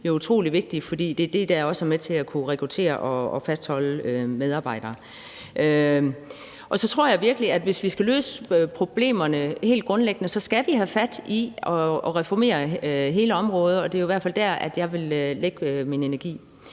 teams jo utrolig vigtigt, fordi det er det, der også er med til, at vi kan rekruttere og fastholde medarbejdere. Så tror jeg virkelig, at hvis vi skal løse problemerne helt grundlæggende, skal vi have fat i at reformere hele områder, og det er i hvert fald der, jeg vil lægge min energi.